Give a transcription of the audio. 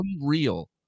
unreal